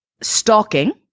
stalking